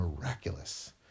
miraculous